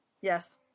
Yes